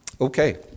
Okay